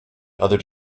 other